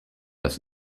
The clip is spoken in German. das